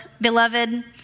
Beloved